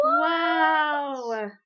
Wow